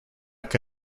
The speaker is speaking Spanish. que